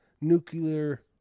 nuclear